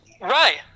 Right